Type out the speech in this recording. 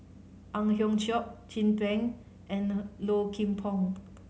Ang Hiong Chiok Chin Peng and Low Kim Pong